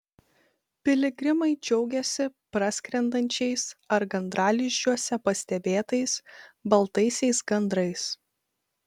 piligrimai džiaugėsi praskrendančiais ar gandralizdžiuose pastebėtais baltaisiais gandrais